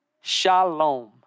shalom